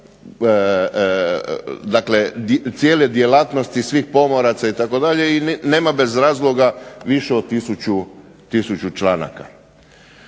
cijele djelatnosti svih pomoraca itd. i nema bez razloga više od tisuću članaka.